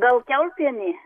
gal kiaulpienė